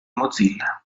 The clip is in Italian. mozilla